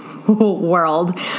World